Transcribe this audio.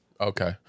Okay